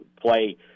play